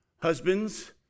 Husbands